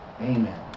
amen